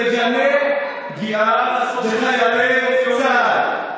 תגנה פגיעה בחיילי צה"ל,